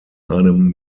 einem